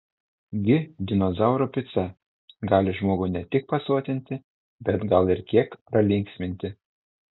gi dinozauro pica gali žmogų ne tik pasotinti bet gal ir kiek pralinksminti